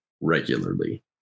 regularly